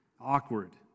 Awkward